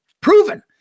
proven